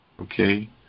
okay